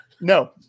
No